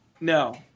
no